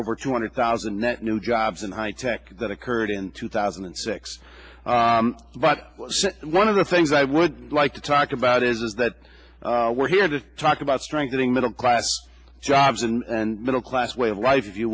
over two hundred thousand net new jobs in high tech that occurred in two thousand and six but one of the things i would like to talk about is that we're here to talk about strengthening middle class jobs and middle class way of life